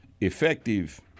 effective